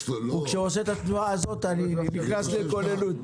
כשהוא עושה את התנועה הזאת, אני נכנס לכוננות.